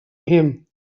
him